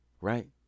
right